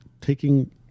taking